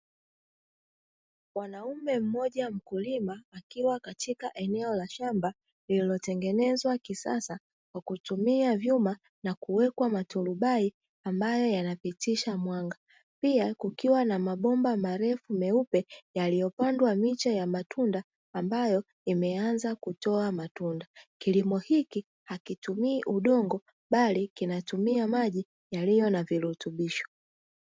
Mwanaume mmoja mkulima akiwa katika eneo la shamba lililotengenezwa kisasa kwa kutumia vyuma na kuwekwa matolubai ambayo yanapitisha mwanga. Pia kukiwa na mabomba marefu meupe yaliyopandwa miche ya matunda ambayo imeanza kutoa matunda. Kilimo hiki hakitumii udongo bali kinatumia maji yaliyo na virutubisho.